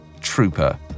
Trooper